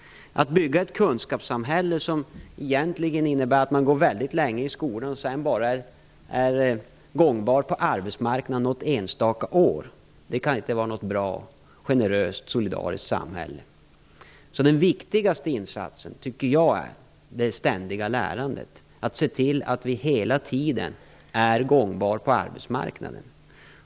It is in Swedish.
Om vi bygger ett kunskapssamhälle som egentligen innebär att man går väldigt länge i skolan och sedan bara är gångbar på arbetsmarknaden något enstaka år blir inte något bra, generöst och solidariskt samhälle. Den viktigaste insatsen tycker jag är det ständiga lärandet, att se till att människor hela tiden är gångbara på arbetsmarknaden.